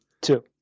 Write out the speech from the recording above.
Two